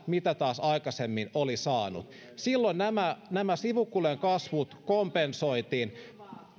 mitä aikaisemmin oli saanut silloin nämä nämä sivukulujen kasvut kompensoitiin